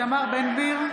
(קוראת בשמות חברי הכנסת) איתמר בן גביר,